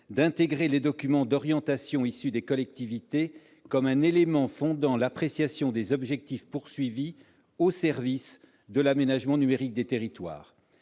d'intégrer les documents d'orientation issus des collectivités comme un élément fondant l'appréciation des objectifs visés au service de l'aménagement numérique des territoires.